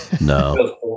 No